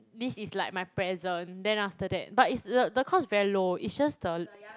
this is like my present then after that but it's the the cost is very low it's just the